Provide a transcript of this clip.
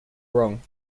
wrong